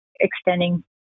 extending